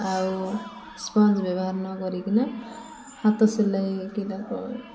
ଆଉ ସ୍ପଞ୍ଜ ବ୍ୟବହାର ନ କରିକିନା ହାତ ସିଲେଇ